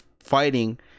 fighting